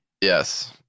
Yes